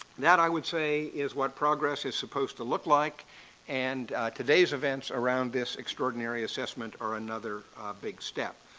that, i would say, is what progress is supposed to look like and today's events around this extraordinary assessment are another big step.